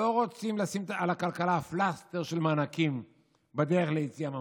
"לא רוצים לשים על הכלכלה פלסטר של מענקים בדרך ליציאה מהמשבר,